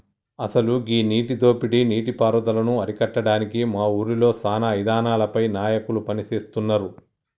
అసలు గీ నీటి దోపిడీ నీటి పారుదలను అరికట్టడానికి మా ఊరిలో సానా ఇదానాలపై నాయకులు పని సేస్తున్నారు